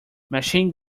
machine